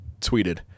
tweeted